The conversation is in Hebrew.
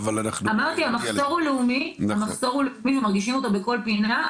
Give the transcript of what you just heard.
אמרתי, המחסור הוא לאומי, מרגישים אותו בכל פינה.